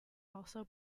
also